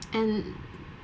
and